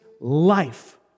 life